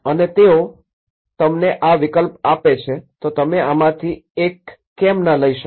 અને તેઓ તમને આ વિકલ્પ આપે છે તો તમે આમાંથી એક કેમ ન લઇ શકો